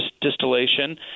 distillation